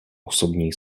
osobní